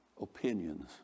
opinions